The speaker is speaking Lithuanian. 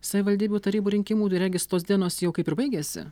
savivaldybių tarybų rinkimų regis tos dienos jau kaip ir baigėsi